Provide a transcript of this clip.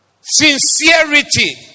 sincerity